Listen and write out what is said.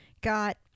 got